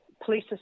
Police